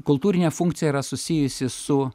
kultūrinė funkcija yra susijusi su